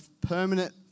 permanent